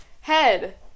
Head